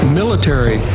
military